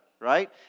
right